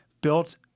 built